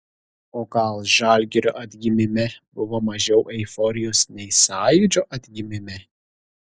o gal žalgirio atgimime buvo mažiau euforijos nei sąjūdžio atgimime